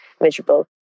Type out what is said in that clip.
miserable